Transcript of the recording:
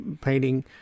painting